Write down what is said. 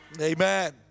Amen